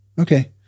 Okay